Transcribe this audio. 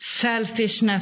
Selfishness